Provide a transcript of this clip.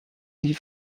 die